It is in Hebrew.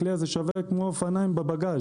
הכלי הזה שווה כמו אופניים בבגאז'.